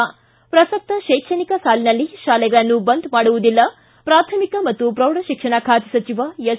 ಿ ಪ್ರಸಕ್ತ ಶೈಕ್ಷಣಿಕ ಸಾಲಿನಲ್ಲಿ ಶಾಲೆಗಳನ್ನು ಬಂದ್ ಮಾಡುವುದಿಲ್ಲ ಪ್ರಾಥಮಿಕ ಮತ್ತು ಪ್ರೌಢಶಿಕ್ಷಣ ಖಾತೆ ಸಚಿವ ಎಸ್